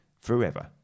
forever